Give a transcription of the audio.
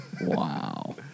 Wow